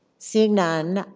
seeing none,